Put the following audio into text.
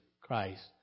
Christ